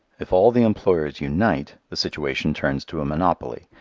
if all the employers unite, the situation turns to a monopoly,